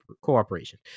Cooperation